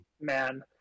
Man